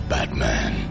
Batman